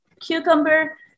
cucumber